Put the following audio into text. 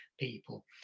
people